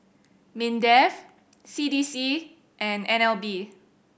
MINDEF C D C and N L B